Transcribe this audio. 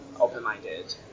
open-minded